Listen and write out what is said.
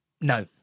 No